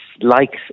likes